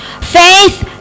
faith